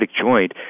joint